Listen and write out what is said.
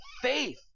faith